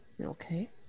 Okay